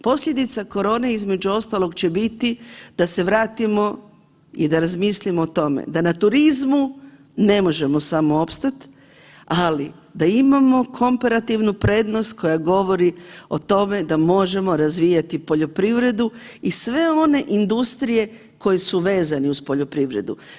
Posljedice korone između ostalog će biti da se vratimo i da razmislimo o tome da na turizmu ne možemo samo opstati ali da imamo komparativnu prednost koja govori o tome da možemo razvijati poljoprivredu i sve one industrije koje su vezane uz poljoprivredu.